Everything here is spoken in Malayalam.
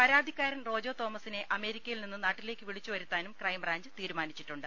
പരാ തിക്കാരൻ റോജോ തോമസിനെ അമേരിക്കയിൽ നിന്ന് നാട്ടിലേക്ക് വിളിച്ചുവരുത്താനും ക്രൈംബ്രാഞ്ച് തീരുമാനിച്ചിട്ടുണ്ട്